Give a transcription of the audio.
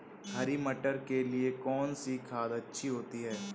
हरी मटर के लिए कौन सी खाद अच्छी होती है?